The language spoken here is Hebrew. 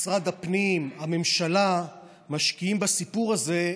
משרד הפנים והממשלה משקיעים בסיפור הזה,